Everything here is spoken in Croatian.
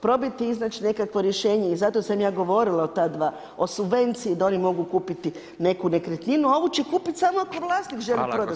Probajte iznać nekakvo rješenje i zato sam ja govorila o ta dva o subvenciji da oni mogu kupiti neku nekretninu, a ovu će kupiti samo ako vlasnik prodat.